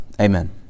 Amen